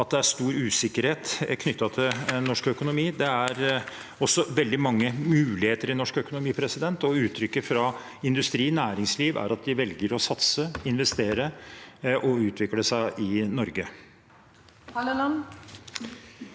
at det er stor usikkerhet knyttet til norsk økonomi. Det er veldig mange muligheter i norsk økonomi, og uttrykk fra industri og næringsliv viser at de velger å satse, investere og utvikle seg i Norge.